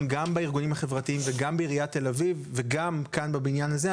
גם בארגונים החברתיים וגם בעיריית תל אביב וגם כאן בבניין הזה,